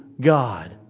God